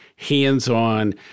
hands-on